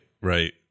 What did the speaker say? right